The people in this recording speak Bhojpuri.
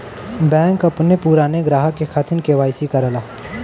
बैंक अपने पुराने ग्राहक के खातिर के.वाई.सी करला